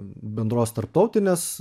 bendros tarptautinės